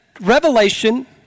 revelation